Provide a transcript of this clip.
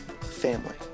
Family